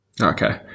Okay